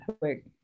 quick